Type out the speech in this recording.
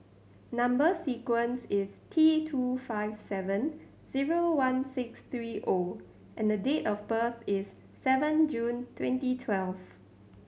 number sequence is T two five seven zero one six three O and the date of birth is seven June twenty twelve